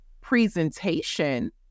presentation